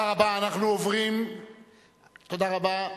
תודה רבה.